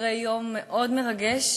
אחרי יום מאוד מרגש,